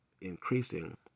increasing